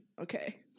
Okay